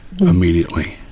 Immediately